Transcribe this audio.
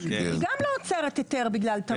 היא גם לא עוצרת היתר בגלל תמרור.